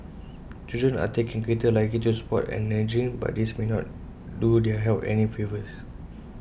children are taking greater luggages to sports and energy but these may not do their health any favours